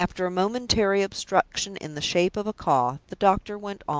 after a momentary obstruction in the shape of a cough, the doctor went on.